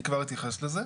אני כבר אתייחס לזה,